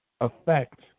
affect